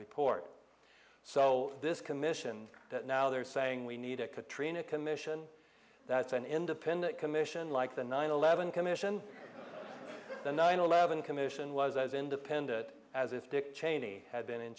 report so this commission that now they're saying we need a katrina commission that's an independent commission like the nine eleven commission the nine eleven commission was as independent as if dick cheney had been in